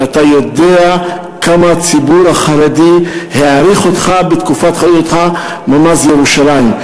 ואתה יודע כמה הציבור החרדי העריך אותך בתקופת היותך ממ"ז ירושלים.